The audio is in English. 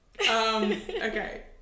Okay